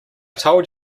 told